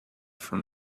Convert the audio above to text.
from